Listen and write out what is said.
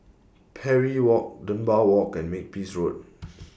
Parry Walk Dunbar Walk and Makepeace Road